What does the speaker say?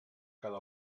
cada